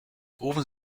rufen